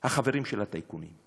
החברים של הטייקונים?